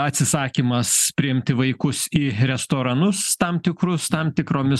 atsisakymas priimti vaikus į restoranus tam tikrus tam tikromis